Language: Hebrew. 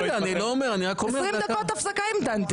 20 דקות הפסקה התמתנתי.